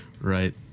Right